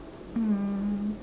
um